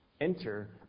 enter